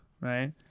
right